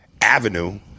avenue